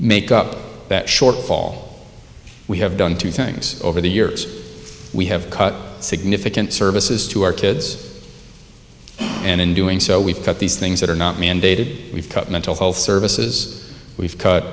make up that shortfall we have done two things over the years we have cut significant services to our kids and in doing so we've got these things that are not mandated we've cut mental health services we've c